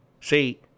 see